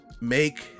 make